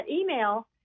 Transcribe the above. email